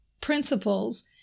principles